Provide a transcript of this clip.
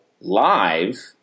live